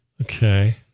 okay